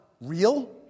real